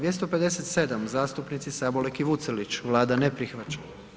257. zastupnici Sabolek i Vucelić, Vlada ne prihvaća.